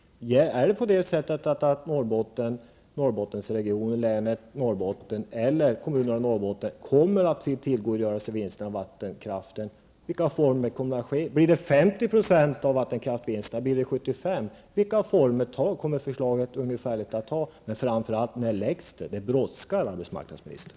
Kommer Norrbottensregionen, länet Norrbotten eller kommunerna i Norrbotten att få tillgodogöra sig vinsterna av vattenkraften? I vilka former kommer det att ske? Blir det 50 % av vattenkraftsvinsterna, blir det 75 %? Vilka former kommer det ungefär att ta? Och framför allt: När kommer förslaget att framläggas? Det brådskar, arbetsmarknadsministern!